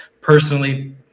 Personally